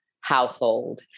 household